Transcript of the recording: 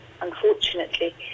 unfortunately